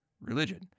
religion